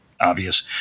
obvious